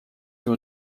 your